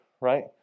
right